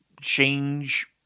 change